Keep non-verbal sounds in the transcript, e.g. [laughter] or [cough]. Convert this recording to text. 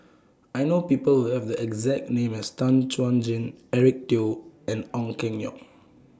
[noise] I know People Who Have The exact name as Tan Chuan Jin Eric Teo and Ong Keng Yong